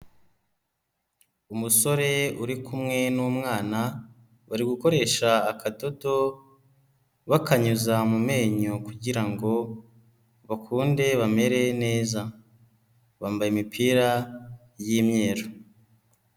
Umusore uri kumwe n'umwana bari gukoresha akadodo bakanyuza mu menyo kugira ngo bakunde bamere neza, bambaye imipira y'imyeru.